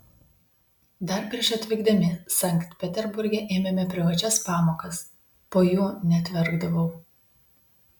dar prieš atvykdami sankt peterburge ėmėme privačias pamokas po jų net verkdavau